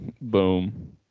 Boom